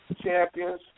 champions